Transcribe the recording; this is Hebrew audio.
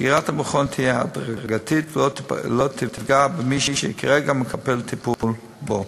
סגירת המכון תהיה הדרגתית ולא תפגע במי שכרגע מקבל טיפול בו.